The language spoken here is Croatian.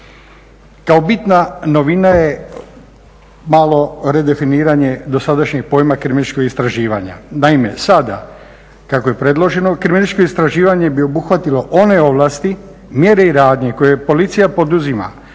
Kao bitna novina je malo redefiniranje dosadašnjeg pojma … istraživanja. Naime, sada kako je predloženo, … istraživanje bi obuhvatilo one ovlasti, mjere i radnje koje policija poduzima